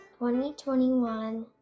2021